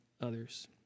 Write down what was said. others